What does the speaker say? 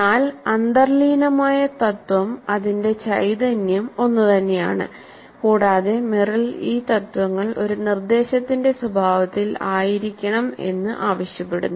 എന്നാൽ അന്തർലീനമായ തത്ത്വം അതിന്റെ ചൈതന്യം ഒന്നുതന്നെയാണ് കൂടാതെ മെറിൽ ഈ തത്ത്വങ്ങൾ ഒരു നിർദേശത്തിന്റെ സ്വഭാവത്തിൽ ആയിരിക്കണം എന്ന് ആവശ്യപ്പെടുന്നു